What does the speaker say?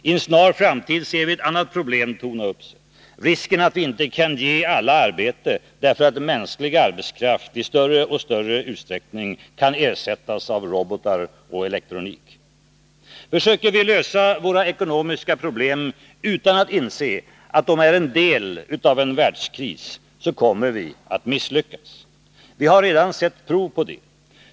I en snar framtid ser vi ett annat problem torna upp sig: risken att vi inte kan ge alla arbete därför att mänsklig arbetskraft i större och större utsträckning kan ersättas av robotar och elektronik. Försöker vi lösa våra ekonomiska problem utan att inse att de är en del av en världskris, kommer vi att misslyckas. Vi har redan sett prov på det.